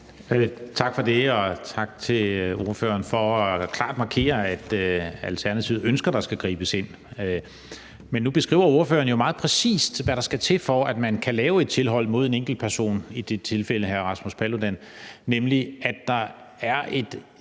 Tak for det, og tak til ordføreren for klart at markere, at Alternativet ønsker, at der skal gribes ind. Men nu beskriver ordføreren jo meget præcist, hvad der skal til, for at man kan lave et tilhold mod en enkeltperson, i det tilfælde hr. Rasmus Paludan,